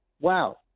wow